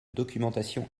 documentation